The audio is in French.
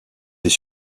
des